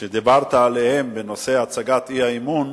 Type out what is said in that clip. שדיברת עליהן בנושא הצגת האי-אמון,